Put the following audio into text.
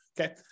Okay